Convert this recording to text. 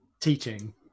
teaching